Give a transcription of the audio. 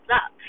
up